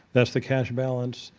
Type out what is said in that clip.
that's the cash balance